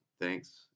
Thanks